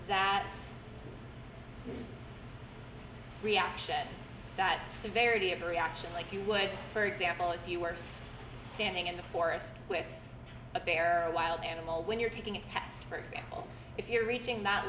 a reaction that severity of a reaction like you would for example if you were standing in the forest with a bear or a wild animal when you're taking a test for example if you're reaching that